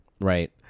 right